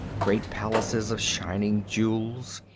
great palaces of shining jewels,